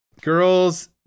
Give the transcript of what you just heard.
Girls